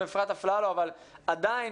עדיין